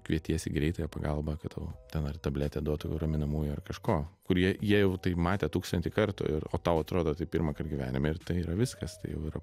kvietiesi greitąją pagalbą kad tau ten ar tabletę duotų raminamųjų ar kažko kur jie jie jau tai matę tūkstantį kartų ir o tau atrodo tai pirmąkart gyvenime ir tai yra viskas tai jau yra